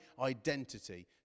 identity